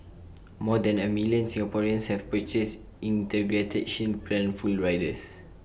more than A million Singaporeans have purchased integrated shield plan full riders